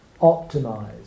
optimize